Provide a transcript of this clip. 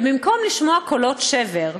ובמקום לשמוע קולות שבר,